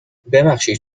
ببخشید